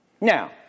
Now